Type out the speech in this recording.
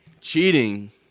Cheating